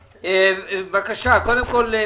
אי-אפשר להשאיר אותם ככה.